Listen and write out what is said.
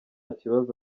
kibazo